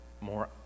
more